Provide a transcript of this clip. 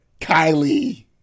Kylie